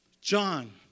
John